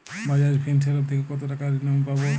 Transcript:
Bajaj Finserv থেকে কতো টাকা ঋণ আমি পাবো?